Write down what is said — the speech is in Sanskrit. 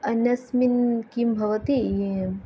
अन्यस्मिन् किं भवति